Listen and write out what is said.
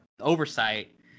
oversight